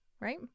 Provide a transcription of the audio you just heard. right